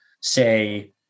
say